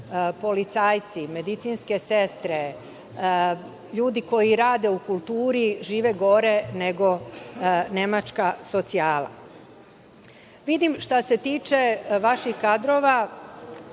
policajci, medicinske sestre, ljudi koji rade u kulturi žive gore nego nemačka socijala. Vidim, što se tiče vaših kadrova,